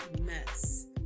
mess